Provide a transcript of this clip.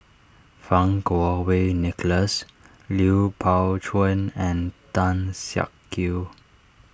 Fang Kuo Wei Nicholas Lui Pao Chuen and Tan Siak Kew